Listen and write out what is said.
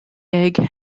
egg